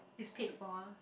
it's paid for ah